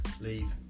leave